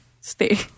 stay